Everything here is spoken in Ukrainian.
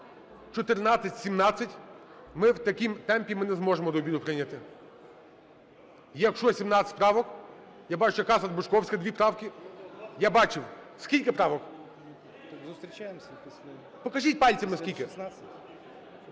14, 17 – в такому темпі ми не зможемо до обіду прийняти. Якщо 17 правок, я бачу, Кацер-Бучковська дві правки. Я бачив. Скільки правок? Покажіть пальцями скільки.